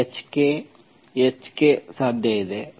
ಇಲ್ಲ hk no hk ಸಾಧ್ಯ